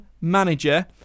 manager